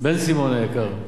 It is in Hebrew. בן-סימון היקר,